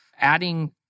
adding